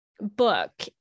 book